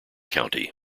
county